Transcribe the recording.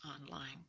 online